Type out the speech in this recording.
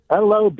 Hello